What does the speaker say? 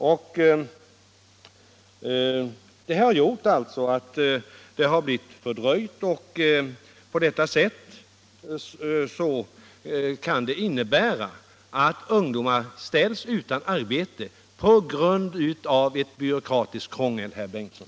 Det krav det här gäller har gjort att verksamheten blivit fördröjd, och det kan innebära att ungdomar ställs utan arbete på grund av ett byråkratiskt krångel, herr Bengtsson.